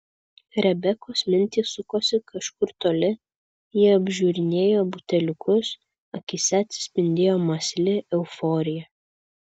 rebekos mintys sukosi kažkur toli ji apžiūrinėjo buteliukus akyse atsispindėjo mąsli euforija